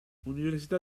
università